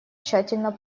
тщательно